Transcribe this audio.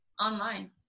online